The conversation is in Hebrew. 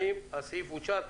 סעיף 1, אושר.